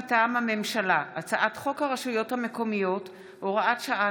מטעם הממשלה: הצעת חוק הרשויות המקומיות (הוראת שעה,